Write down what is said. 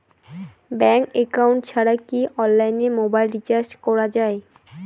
Bank account ছাড়া কি অনলাইনে মোবাইল রিচার্জ করা যায়?